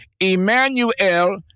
Emmanuel